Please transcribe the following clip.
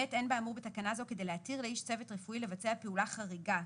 אין באמור בתקנה זו כדי להתיר לאיש צוות רפואי לבצע פעולה חריגה,